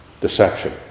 deception